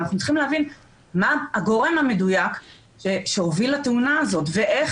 אבל אנחנו צריכים להבין מה הגורם המדויק שהוביל לתאונה הזאת ואיך